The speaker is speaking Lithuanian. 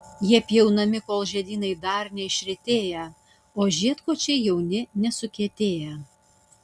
jie pjaunami kol žiedynai dar neišretėję o žiedkočiai jauni nesukietėję